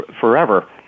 forever